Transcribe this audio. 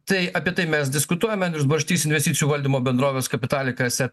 tai apie tai mes diskutuojame andrius barštys investicijų valdymo bendrovės kapitalik eset